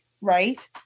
right